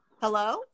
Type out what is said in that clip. Hello